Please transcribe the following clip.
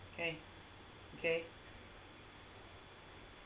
okay okay